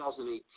2018